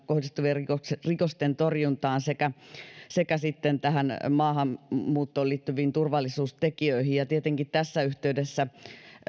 kohdistuvien seksuaalirikosten torjuntaan sekä sekä maahanmuuttoon liittyviin turvallisuustekijöihin tietenkin tässä yhteydessä